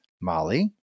Molly